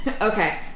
Okay